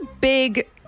big